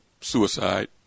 suicide